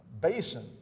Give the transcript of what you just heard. basin